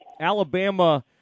alabama